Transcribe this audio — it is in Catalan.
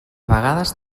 vegades